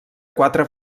quatre